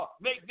Make